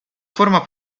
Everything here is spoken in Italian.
forma